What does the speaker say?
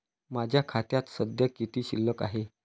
माझ्या खात्यात सध्या किती शिल्लक आहे?